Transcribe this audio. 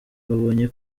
babonye